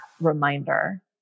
reminder